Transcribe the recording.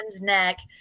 neck